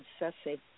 obsessive